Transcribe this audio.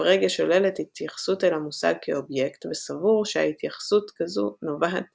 פרגה שולל את ההתייחסות אל המושג כאובייקט וסבור שהתייחסות כזו נובעת